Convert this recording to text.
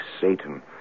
Satan